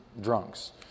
drunks